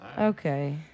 Okay